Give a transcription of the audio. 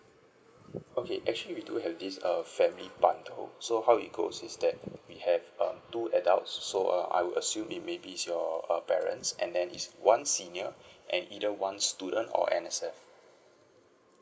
okay actually we do have this err family bundle so how it goes is that we have um two adult so err I would assume it may be your err parents and then it's one senior and either one student or N_S_F